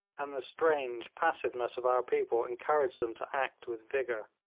and the strange passiveness of our people encouraged them to act with vigour.